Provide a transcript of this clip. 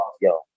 Yo